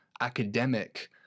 academic